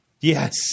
Yes